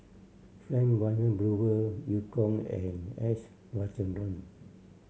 Frank Wilmin Brewer Eu Kong and S Rajendran